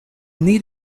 need